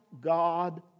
God